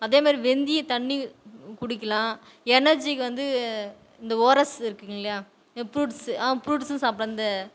அதேமாரி வெந்திய தண்ணி குடிக்கலாம் எனர்ஜிக்கு வந்து இந்த ஓரஸ் இருக்குங்கில்லையா ஃப்ரூட்ஸ் ஃப்ரூட்ஸும் சாப்பிட்லாம் இந்த